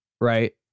right